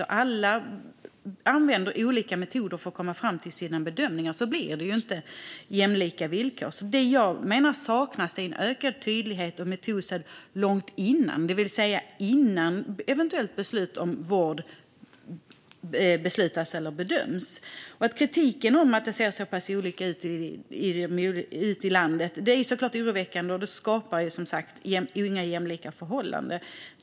Om alla använder olika metoder för att komma fram till sina bedömningar blir det inte jämlika villkor. Det jag menar saknas är en ökad tydlighet och metodstöd långt innan, det vill säga innan man bedömer och fattar beslut om eventuell vård. Kritiken om att det ser så pass olika ut i landet är såklart oroväckande. Det skapar inte några jämlika förhållanden.